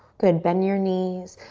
good, bend your knees,